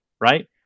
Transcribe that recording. right